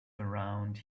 around